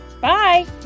bye